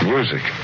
Music